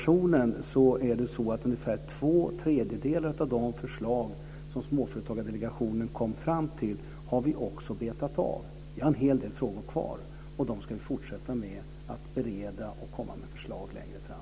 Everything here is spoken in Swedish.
Vi har betat av ungefär två tredjedelar av Småföretagsdelegationens förslag. Vi har en hel del frågor kvar, och vi ska fortsätta att bereda dem och lägga fram förslag längre fram.